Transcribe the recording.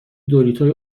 دوریتوی